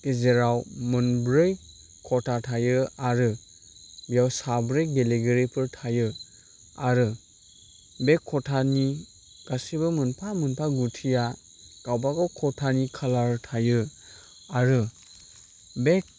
गेजेराव मोनब्रै खथा थायो आरो बेयाव साब्रै गेलेगिरिफोर थायो आरो बे खथानि गासिबो मोनफा मोनफा गुथिया गावबा गाव खथानि खालार थायो आरो बे